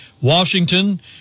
Washington